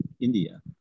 India